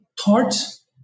thoughts